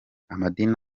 amadini